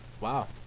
Wow